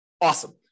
Awesome